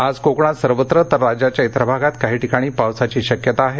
आज कोकणात सर्वत्र तर राज्याच्या इतर भागात काही ठिकाणी पावसाची शक्यता आहे